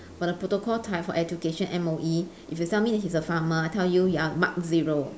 for the protocol type for education M_O_E if you tell me that he's a farmer I tell you you are marked zero